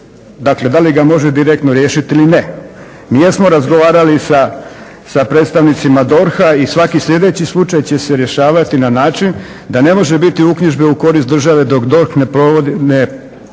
dakle da li ga može direktno riješiti ili ne. Mi jesmo razgovarali sa predstavnicima DORH-a i svaki sljedeći slučaj će se rješavati na način da ne može biti uknjižbe u korist države dok DORH ne